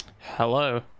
Hello